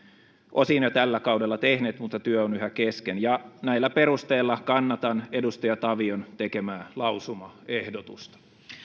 osin jo tällä kaudella tehneet mutta työ on yhä kesken näillä perusteilla kannatan edustaja tavion tekemää lausumaehdotusta